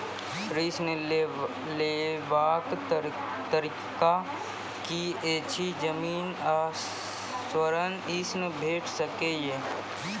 ऋण लेवाक तरीका की ऐछि? जमीन आ स्वर्ण ऋण भेट सकै ये?